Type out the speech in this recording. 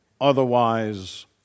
otherwise